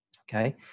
Okay